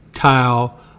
tile